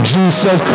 Jesus